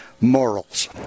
morals